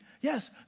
Yes